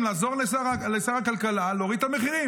צריך לעזור לשר הכלכלה להוריד את המחירים,